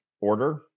order